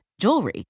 jewelry